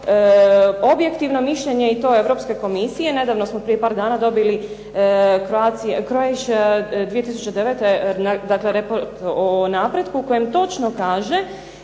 objektivno mišljenje i to Europske komisije. Nedavno smo, prije par dana dobili "Croatia 2009" dakle report o napretku u kojem točno kaže